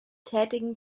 tätigen